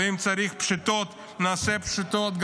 ואם צריך פשיטות נעשה פשיטות,